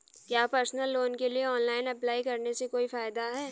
क्या personal loan के लिए ऑनलाइन अप्लाई करने से कोई फायदा है?